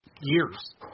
years